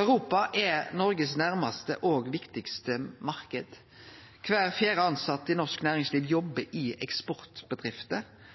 Europa er Noregs nærmaste og viktigaste marknad. Kvar fjerde tilsette i norsk næringsliv jobbar i eksportbedrifter,